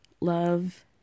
love